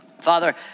Father